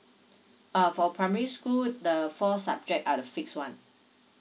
uh for primary school the four subject are the fixed one